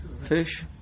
fish